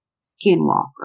skinwalker